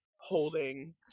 holding